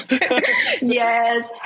yes